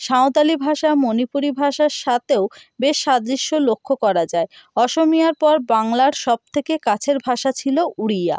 সাঁওতালি ভাষা মণিপুরি ভাষার সাতেও বেশ সাদৃশ্য লক্ষ্য করা যায় অসমিয়ার পর বাংলার সব থেকে কাছের ভাষা ছিলো উড়িয়া